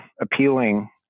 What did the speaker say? appealing